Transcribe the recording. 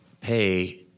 pay